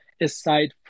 aside